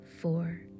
four